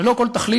ללא כל תכלית,